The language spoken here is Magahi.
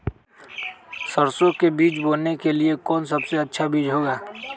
सरसो के बीज बोने के लिए कौन सबसे अच्छा बीज होगा?